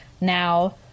now